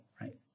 right